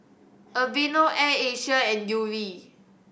Aveeno Air Asia and Yuri